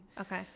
Okay